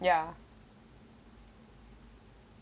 ya